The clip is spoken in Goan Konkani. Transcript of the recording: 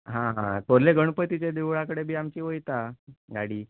हा हा खोल्ले गणपतीच्या देवळा कडेन बी आमची वयता गाडी